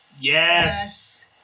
Yes